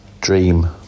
Dream